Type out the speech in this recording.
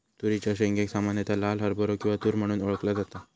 तुरीच्या शेंगेक सामान्यता लाल हरभरो किंवा तुर म्हणून ओळखला जाता